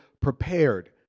prepared